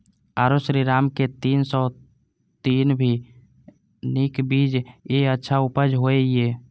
आरो श्रीराम के तीन सौ तीन भी नीक बीज ये अच्छा उपज होय इय?